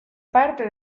parte